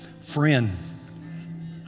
Friend